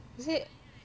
is it